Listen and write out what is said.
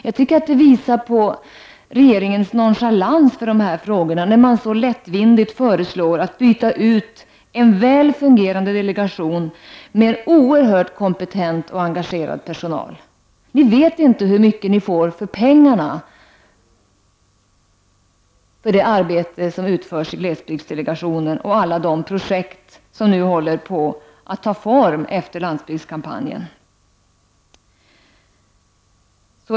Jag tycker det visar på regeringens nonchalans för dessa frågor, när man så lättvindigt föreslår att byta ut en väl fungerande delegation med en oerhört kompetent och engagerad personal. Ni vet inte hur mycket ni får för pengarna — det arbete som utförs i glesbygdsdelegationen och alla de projekt som håller på att ta form efter landsbygdskampanjen.